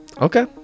Okay